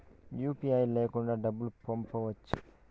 UPI లేకుండా డబ్బు పంపొచ్చా